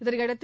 இதனையடுத்து